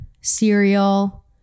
cereal